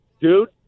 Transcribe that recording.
dude